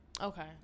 Okay